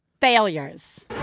Failures